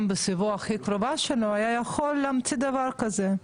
בסביבה הכי קרובה שלו היה יכול להמציא דבר כזה.